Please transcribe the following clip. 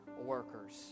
workers